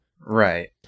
Right